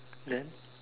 then